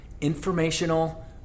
informational